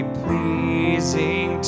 pleasing